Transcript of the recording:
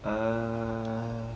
err